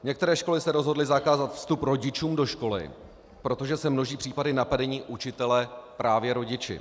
Některé školy se rozhodly zakázat vstup rodičům do školy, protože se množí případy napadení učitele právě rodiči.